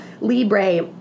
Libre